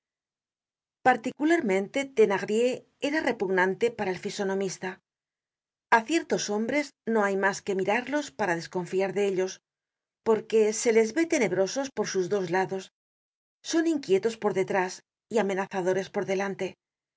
particularmente thenardier era repugnante para el fisonomista a ciertos hombres no hay mas que mirarlos para desconfiar de ellos porque se les ve tenebrosos por sus dos lados son inquietos por detrás y amenazadores por delante hay